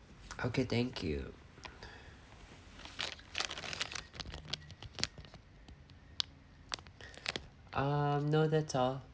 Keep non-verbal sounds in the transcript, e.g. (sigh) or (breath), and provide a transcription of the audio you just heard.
okay thank you (breath) err no that's all